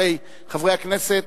הרי חברי הכנסת,